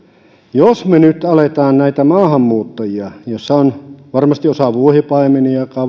jos me nyt alamme näitä maahanmuuttajia joista on varmasti osa vuohipaimenia